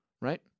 Right